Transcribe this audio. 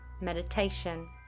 meditation